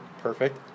Perfect